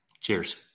cheers